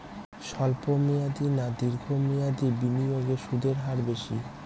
স্বল্প মেয়াদী না দীর্ঘ মেয়াদী বিনিয়োগে সুদের হার বেশী?